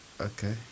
Okay